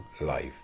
life